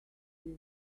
this